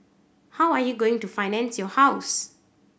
how are you going to finance your house